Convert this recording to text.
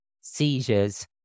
seizures